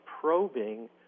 probing